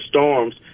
storms